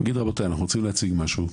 לבוא להגיד רבותיי אנחנו רוצים להציג משהו,